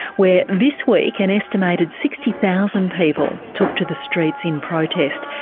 where this week an estimated sixty thousand people took to the streets in protest,